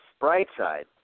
Brightside